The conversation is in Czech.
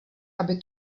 aby